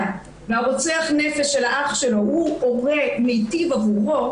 והרוצח נפש של האח שלו הוא הורה מטיב עבורו,